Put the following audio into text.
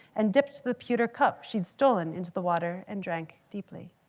and dipped the pewter cup she'd stolen into the water and drank deeply.